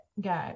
go